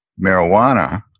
marijuana